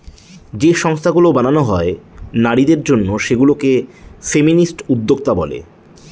যে সংস্থাগুলো বানানো হয় নারীদের জন্য সেগুলা কে ফেমিনিস্ট উদ্যোক্তা বলে